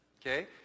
Okay